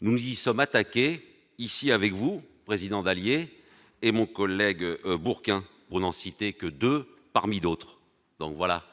nous y sommes attaqués ici avec vous, président d'alliés et mon collègue Bourquin pour n'en citer que 2 parmi d'autres, donc voilà